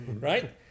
right